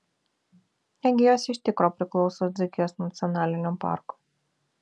negi jos iš tikro priklauso dzūkijos nacionaliniam parkui